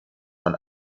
von